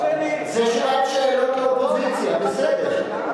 זאת שעת שאלות לאופוזיציה, בסדר.